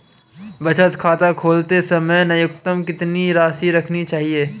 बचत खाता खोलते समय न्यूनतम कितनी राशि रखनी चाहिए?